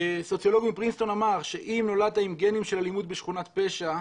סוציולוג מפרינסטון אמר שאם נולדת עם גנים של אלימות בשכונת פשע,